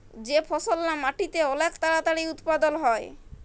যে ফসললা মাটিতে অলেক তাড়াতাড়ি উৎপাদল হ্যয়